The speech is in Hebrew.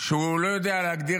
שהוא לא יודע להגדיר,